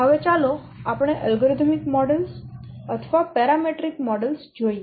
હવે ચાલો આપણે અલ્ગોરિધમીક મોડેલો અથવા પેરામેટ્રિક મોડેલો જોઈએ